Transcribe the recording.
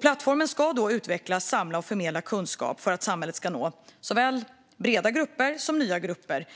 Plattformen ska utveckla, samla och förmedla kunskap för att samhället ska nå såväl breda som nya grupper.